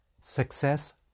success